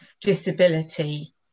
disability